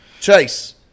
Chase